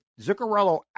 zuccarello